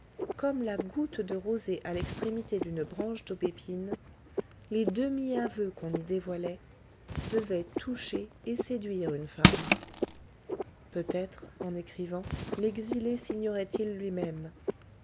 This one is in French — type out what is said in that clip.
comme la goutte de rosée à l'extrémité d'une branche d'aubépine les demi aveux qu'on y dévoilait devaient toucher et séduire une femme peut-être en écrivant l'exilé signorait il lui-même